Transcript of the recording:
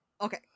okay